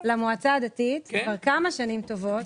למועצה הדתית כבר כמה שנים טובות,